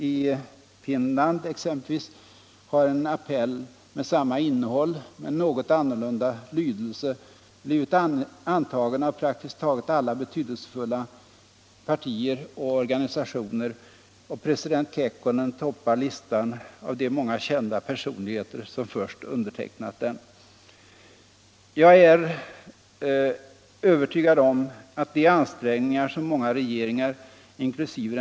I Finland har exempelvis en appell med samma innehåll men något annorlunda lydelse blivit antagen av praktiskt taget alla betydelsefulla partier och organisationer, och president Kekkonen toppar listan av de många kända personligheter som först undertecknat den. Jag är övertygad om att de ansträngningar som många regeringar, inkl.